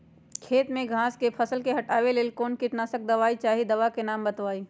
खेत में घास के फसल से हटावे के लेल कौन किटनाशक दवाई चाहि दवा का नाम बताआई?